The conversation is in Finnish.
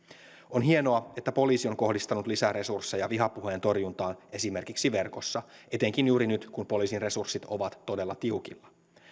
on hienoa että poliisi on kohdistanut lisää resursseja vihapuheen torjuntaan esimerkiksi verkossa etenkin juuri nyt kun poliisin resurssit ovat todella tiukilla